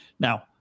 Now